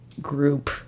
group